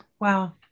Wow